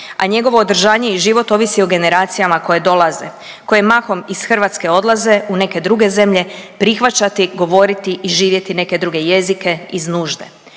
a njegovo održanje i život ovisi o generacijama koje dolaze, koje mahom iz Hrvatske odlaze u neke druge zemlje prihvaćati, govoriti i živjeti neke druge jezike iz nužde.